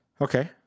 Okay